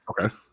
Okay